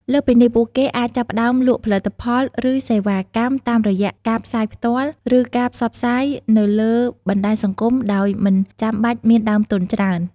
លើសពីនេះពួកគេអាចចាប់ផ្តើមលក់ផលិតផលឬសេវាកម្មតាមរយៈការផ្សាយផ្ទាល់ ឬការផ្សព្វផ្សាយនៅលើបណ្តាញសង្គមដោយមិនចាំបាច់មានដើមទុនច្រើន។